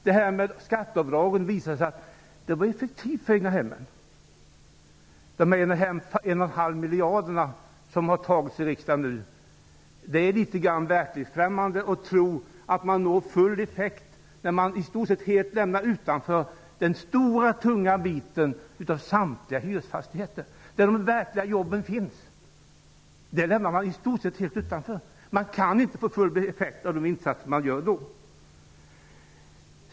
Det visade sig vara effektivt att införa rätt till skatteavdrag för dem som bor i egnahem. Nu skall det fattas beslut om 1,5 miljarder kronor i riksdagen. Det är litet grand verklighetsfrämmande att tro att man skall nå full effektivitet när den stora, tunga biten med samtliga hyresfastigheter lämnas utanför. Det är där de verkliga jobben kan skapas. Dessa fastigheter lämnas utanför, och då går det inte att få full effekt.